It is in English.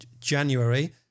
January